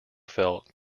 felt